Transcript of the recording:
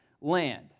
land